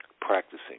Practicing